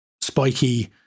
spiky